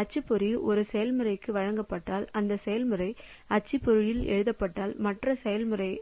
அச்சுப்பொறி ஒரு செயல்முறைக்கு வழங்கப்பட்டால் அந்த செயல்முறை அச்சுப்பொறியில் எழுதப்பட்டால் மற்ற செயல்முறையை